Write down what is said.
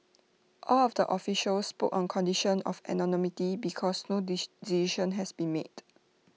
all of the officials spoke on condition of anonymity because no decision has been made